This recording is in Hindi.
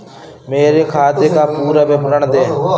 मेरे खाते का पुरा विवरण दे?